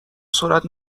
سرعت